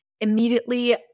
immediately